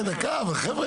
אבל חבר'ה,